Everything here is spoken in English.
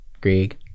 Greg